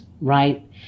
right